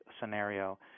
scenario